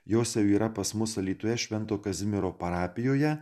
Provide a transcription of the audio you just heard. jos jau yra pas mus alytuje švento kazimiero parapijoje